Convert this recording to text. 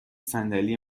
صندلی